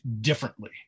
differently